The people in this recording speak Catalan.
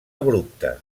abrupte